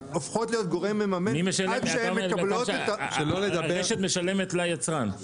והן הופכות להיות גורם מממן- -- אתה אומר שהרשת משלמת ליצרן.